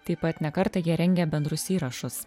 taip pat ne kartą jie rengė bendrus įrašus